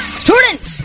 students